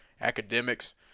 academics